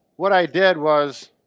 what i did was,